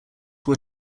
were